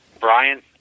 Brian